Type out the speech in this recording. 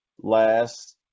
last –